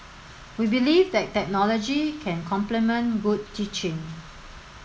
we believe that technology can complement good teaching